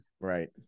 Right